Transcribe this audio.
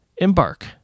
embark